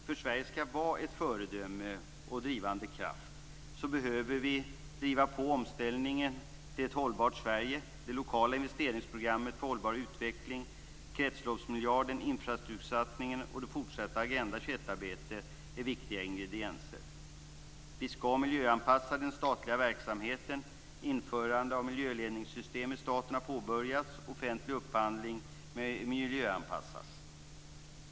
För att Sverige skall kunna vara ett föredöme och en drivande kraft behöver vi driva på omställningen till ett hållbart Sverige. Det lokala investeringsprogrammet för hållbar utveckling, kretsloppsmiljarden, infrastruktursatsningen och det fortsatta Agenda 21-arbetet är viktiga ingredienser. Vi skall miljöanpassa den statliga verksamheten. Införande av miljöledningssytem i staten har påbörjats. Offentlig upphandling miljöanpassas.